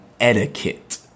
etiquette